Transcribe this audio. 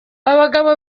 abagabo